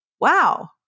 wow